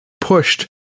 pushed